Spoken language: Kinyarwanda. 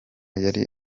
yari